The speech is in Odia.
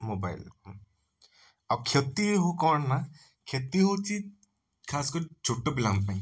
ମୋବାଇଲ ଆଉ କ୍ଷତି କ'ଣ ନା କ୍ଷତି ହେଉଛି ଖାସ କରି ଛୋଟ ପିଲା ଙ୍କ ପାଇଁ